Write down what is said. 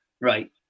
Right